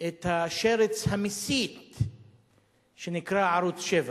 את השרץ המסית שנקרא ערוץ-7.